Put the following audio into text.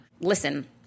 Listen